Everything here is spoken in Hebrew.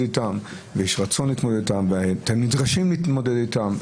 איתן ויש רצון להתמודד איתן ונדרשים להתמודד איתן.